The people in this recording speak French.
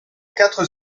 quatre